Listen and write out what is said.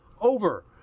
over